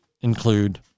include